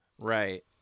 right